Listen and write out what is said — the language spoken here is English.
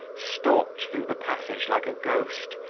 stalked through the passage like a ghost,